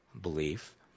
belief